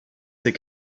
ses